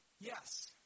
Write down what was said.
Yes